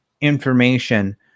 information